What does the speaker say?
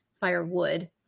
firewood